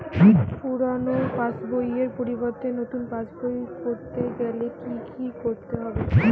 পুরানো পাশবইয়ের পরিবর্তে নতুন পাশবই ক রতে গেলে কি কি করতে হবে?